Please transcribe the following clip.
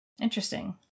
Interesting